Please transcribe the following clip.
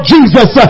Jesus